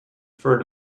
for